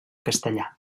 castellà